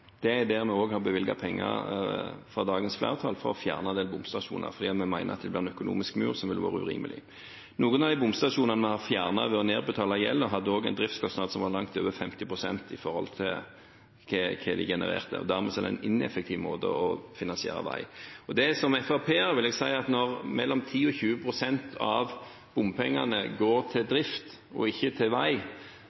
Det er det dagens flertall har bevilget penger til, for å fjerne bomstasjoner, fordi vi mener at det blir en økonomisk mur som vil være urimelig. Noen av de bomstasjonene vi har fjernet ved å nedbetale gjelden, hadde en driftskostnad som var langt over 50 pst. i forhold til hva de genererte, og dermed er det en ineffektiv måte å finansiere vei på. Som FrP-er vil jeg si at når mellom 10 og 20 pst. av bompengene går til